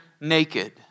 naked